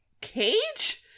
cage